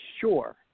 sure